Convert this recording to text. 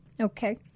okay